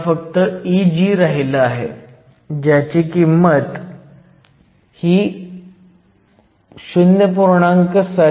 फक्त Eg राहिलं आहे ज्याची किंमत ह आहे 0